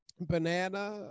Banana